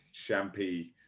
champy